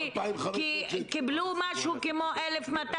כי קיבלו משהו כמו 1,200,